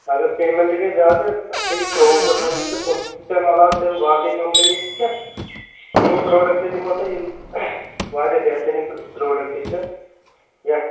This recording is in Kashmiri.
اَگر پیٚمنٛٹ گٔے زیادٕ اَتھ ہیٚکہِ ترٛۆوُہ پرٛسنٛٹ تہٕ پٍنٛژٕہ تہِ تَمہِ علاوٕ تہِ باقٕے کَمپٔنی تہِ چھےٚ تِہِنٛد پرٛوڈکٹ دِمو تۄہہِ یِم واریاہ بہتریٖن پرٛوڈکٹ چھِ